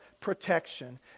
protection